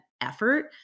effort